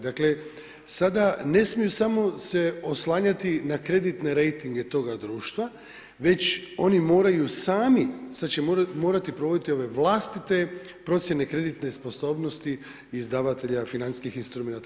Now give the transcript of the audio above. Dakle sada ne smiju se samo oslanjati na kreditne rejtinge toga društva, već oni moraju sami, sada će morati provoditi ove vlastite procjene kreditne sposobnosti izdavatelja financijskih instrumenata.